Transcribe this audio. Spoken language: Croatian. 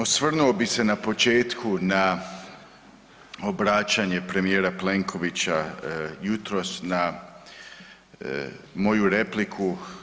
Osvrnuo bih se na početku na obraćanje premijera Plenkovića jutros na moju repliku.